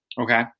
Okay